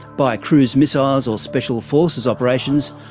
by cruise missiles or special forces operations,